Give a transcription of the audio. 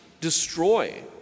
destroy